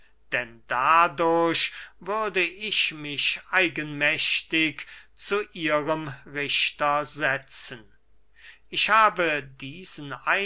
denn dadurch würde ich mich eigenmächtig zu ihrem richter setzen ich habe diesen